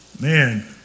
man